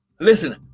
listen